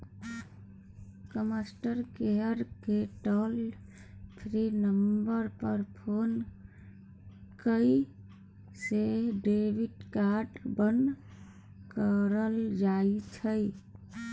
customer केयरकेँ toll free number पर phone कए सेहो डेबिट कार्ड बन्न कराएल जाइ छै